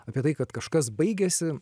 apie tai kad kažkas baigėsi